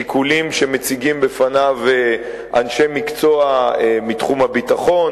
שיקולים שמציגים בפניו אנשי מקצוע מתחום הביטחון,